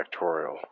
factorial